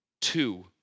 two